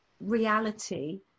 reality